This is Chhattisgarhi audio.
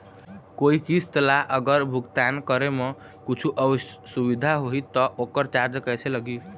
कोई किस्त ला अगर भुगतान करे म कुछू असुविधा होही त ओकर चार्ज कैसे लगी?